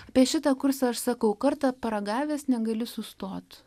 apie šitą kursą aš sakau kartą paragavęs negali sustot